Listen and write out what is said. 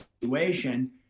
situation